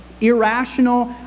irrational